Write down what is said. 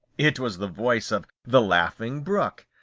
it was the voice of the laughing brook.